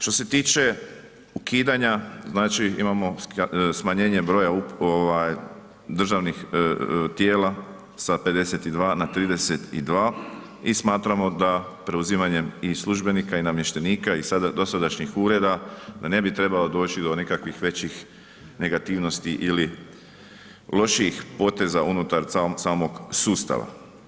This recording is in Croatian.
Što se tiče ukidanja, znači imamo smanjenje broja ovaj državnih tijela sa 52 na 32 i smatramo da preuzimanjem i službenika i namještenika iz dosadašnjih ureda da ne bi trebalo doći do nikakvih većih negativnosti ili lošijih poteza unutar samog sustava.